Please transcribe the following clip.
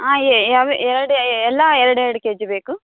ಹಾಂ ಎರಡೇ ಎಲ್ಲ ಎರಡು ಎರಡು ಕೆ ಜಿ ಬೇಕು